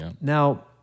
Now